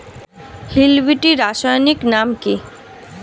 Hill বিটি রাসায়নিক নাম কি?